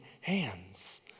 hands